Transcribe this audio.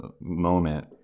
moment